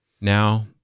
now